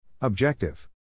Objective